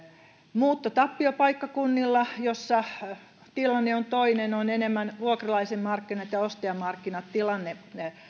muuttotappiopaikkakunnilla joissa tilanne on toinen on enemmän vuokralaisen markkinat ja ostajan markkinat tilanne